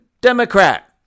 Democrat